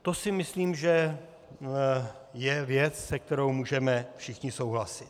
To si myslím, že je věc, se kterou můžeme všichni souhlasit.